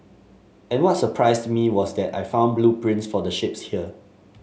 and what surprised me was that I found blueprints for the ships here